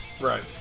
Right